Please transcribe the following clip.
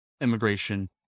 immigration